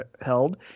held